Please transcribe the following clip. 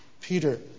Peter